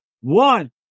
one